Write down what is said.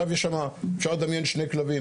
אפשר לדמיין שני כלבים,